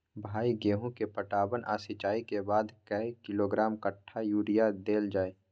भाई गेहूं के पटवन आ सिंचाई के बाद कैए किलोग्राम कट्ठा यूरिया देल जाय?